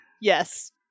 Yes